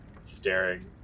staring